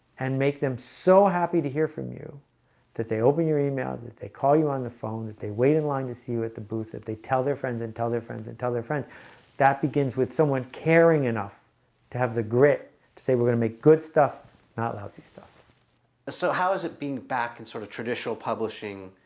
and make them so happy to hear from you that they open your email that they call you on the phone that they wait in line to see you at the booth that they tell their friends and tell their friends and tell their friends that begins with someone caring enough to have the grit to say we're gonna make good stuff not lousy stuff so how is it being back and sort of traditional publishing?